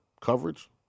coverage